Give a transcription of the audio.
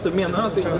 neo-nazi